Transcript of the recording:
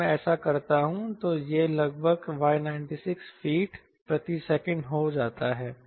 अगर मैं ऐसा करता हूं तो यह लगभग 596 फीट प्रति सेकंड हो जाता है